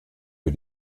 für